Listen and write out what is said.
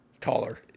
Taller